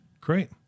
Great